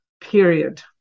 period